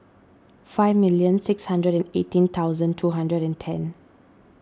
five million six hundred and eighteen thousand two hundred and ten